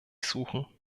suchen